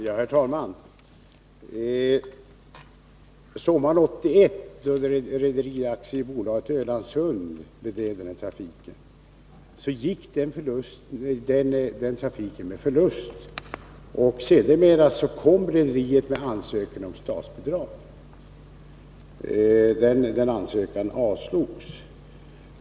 Herr talman! Sommaren 1981 bedrev Rederi AB Ölandssund denna trafik, som då gick med förlust. Sedermera kom rederiet med ansökan om statsbidrag. Den ansökan avslogs.